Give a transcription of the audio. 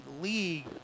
league